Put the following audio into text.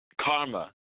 karma